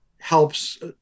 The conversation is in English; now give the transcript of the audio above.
helps